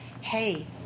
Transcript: Hey